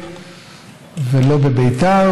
ולא בבית"ר,